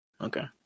Okay